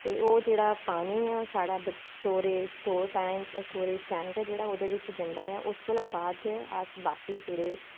ते ओह् जेह्ड़ा पानी ऐ ओह् साढ़ै स्टोरेज़ टैंक ऐ जेह्ड़ा ओह्दे बिच्च जंदा ऐ उस कोला बाद अस बाकी जेह्ड़े